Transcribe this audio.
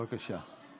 בבקשה.